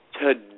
Today